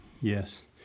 Yes